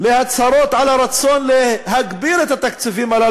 להצהרות על הרצון להגדיל את התקציבים הללו,